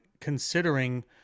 considering